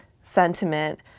sentiment